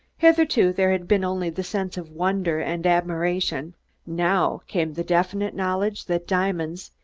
hitherto there had been only the sense of wonder and admiration now came the definite knowledge that diamonds,